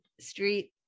street